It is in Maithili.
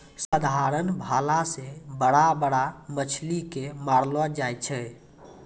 साधारण भाला से बड़ा बड़ा मछली के मारलो जाय छै